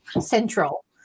central